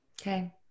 Okay